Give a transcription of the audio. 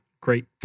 great